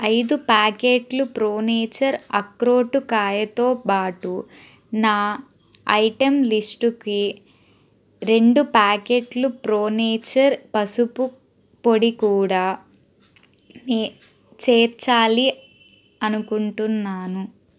ఐదు ప్యాకెట్లు Pro Nature అక్రోటు కాయతో బాటు నా ఐటెం లిస్టుకి రెండు ప్యాకెట్లు ప్రో నేచర్ పసుపు పొడి కూడా ఏ చేర్చాలి అనుకుంటున్నాను